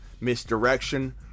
misdirection